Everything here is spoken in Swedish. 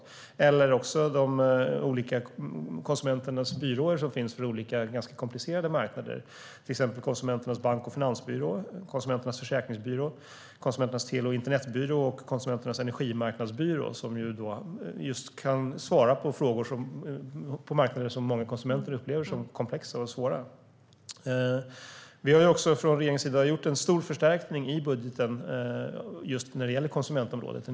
Det finns också olika konsumentbyråer för olika ganska komplicerade marknader, till exempel Konsumenternas bank och finansbyrå, Konsumenternas försäkringsbyrå, Konsumenternas tele och internetbyrå och Konsumenternas energimarknadsbyrå, och de kan svara på frågor om just marknader som många konsumenter upplever som komplexa och svåra. Regeringen har också gjort en historiskt stor förstärkning i budgeten när det gäller konsumentområdet.